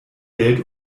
welt